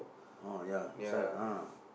oh ya sells ah